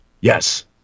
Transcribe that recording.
Yes